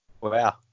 Wow